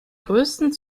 größten